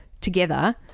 together